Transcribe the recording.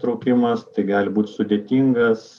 traukimas tai gali būt sudėtingas